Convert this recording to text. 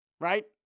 right